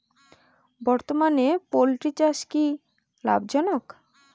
বর্তমানে পোলট্রি চাষ কি লাভজনক?